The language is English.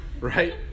right